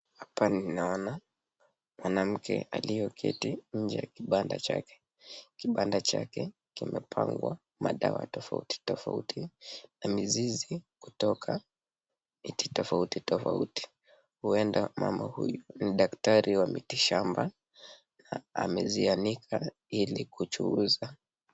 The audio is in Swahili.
Hapa ninaona mwanamke aliyeketi inje ya kibanda chake kibanda chake kimepangwa madawa tofauti tofauti ya mizizi kutoka miti tofauti tofauti ,huwenda mama huyu ni daktari wa miti shamba amezianika ili kuchuuza.